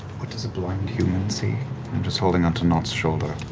what does a blind human see? i'm just holding onto nott's shoulder.